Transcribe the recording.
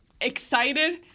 excited